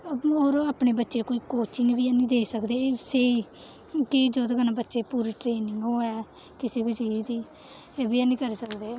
होर अपने बच्चें गी कोई कोचिंग बी ऐनी देई सकदे स्हेई कि जेह्दे कन्नै बच्चे गी पूरी ट्रेनिंग होवै किसी बी चीज दी एह्बी ऐनी करी सकदे